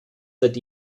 seit